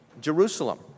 Jerusalem